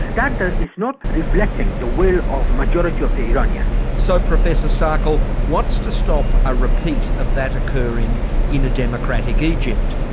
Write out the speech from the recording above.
that is not reflecting the will of the majority of the iranians. so professor saikal, what's to stop a repeat of that occurring in a democratic egypt?